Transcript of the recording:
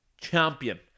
champion